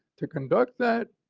to conduct that,